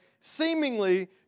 seemingly